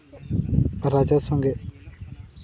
ᱨᱟᱡᱟ ᱥᱚᱸᱜᱮᱫ